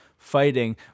fighting